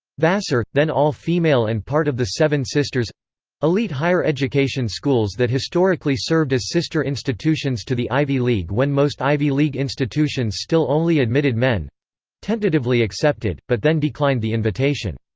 vassar, then all-female and part of the seven sisters elite higher education schools that historically served as sister institutions to the ivy league when most ivy league institutions still only admitted men tentatively accepted, but then declined the invitation.